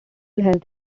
health